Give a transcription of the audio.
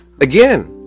again